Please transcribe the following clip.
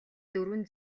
дөрвөн